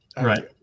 right